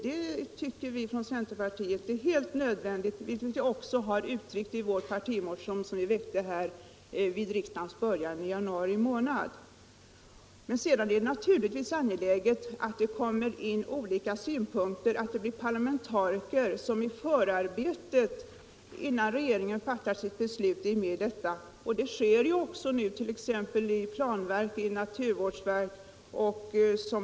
Det tycker vi i centerpartiet är helt nödvändigt, vilket vi också givit uttryck för i en partimotion väckt i januari detta år. Men därvid är det naturligtvis angeläget att olika synpunkter kommer fram och att parlamentariker får delta i det arbete som föregår regeringens beslut. Så sker också f. n. i planverket och i naturvårdsverket.